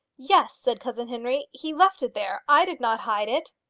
yes, said cousin henry. he left it there. i did not hide it.